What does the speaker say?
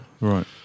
Right